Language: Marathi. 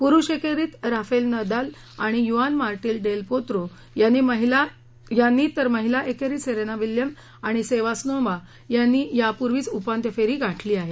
पुरुष एकेरीत राफेल नदाल आणि युआन मार्टिन डेल पोत्रो यांनी तर महिला एकेरीत सेरेना विल्यम्स आणि सेवास्नोवा यांनी यापूर्वीच उपांत्यफेरी गाठली आहे